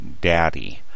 daddy